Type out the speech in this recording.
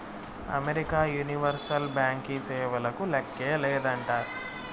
America universal బ్యాంకీ సేవలకు లేక్కే లేదంట